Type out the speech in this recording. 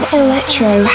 electro